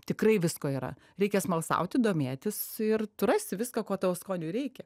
tikrai visko yra reikia smalsauti domėtis ir tu rasi viską ko tavo skoniui reikia